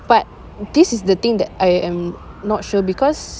but this is the thing that I am not sure because